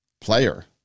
player